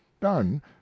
done